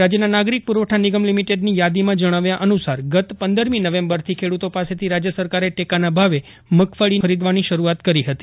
રાજ્યના નાગરિક પુરવઠા નિગમ લિમીટેડની યાદીમાં જજ્ઞાવ્યા અનુસાર ગત પંદરથી નવેશ્બરથી ખેડ઼તો પાસેથી રાજ્ય સરકારે ટેકાના ભાવે મગફળીની શરૂઆત કરી હતી